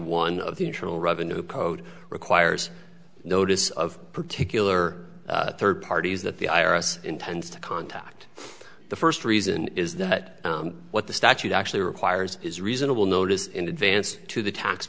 one of the internal revenue code requires notice of particular third parties that the i r s intends to contact the first reason is that what the statute actually requires is reasonable notice in advance to the tax